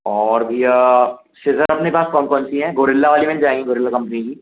और भैया सीज़र अपने पास कौन कौन सी है गोरिल्ला वाली मिल जाएँगी गोरिल्ला कम्पनी की